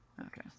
Okay